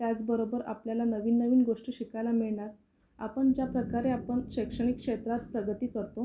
त्याचबरोबर आपल्याला नवीन नवीन गोष्टी शिकायला मिळणार आपण ज्या प्रकारे आपण शैक्षणिक क्षेत्रात प्रगती करतो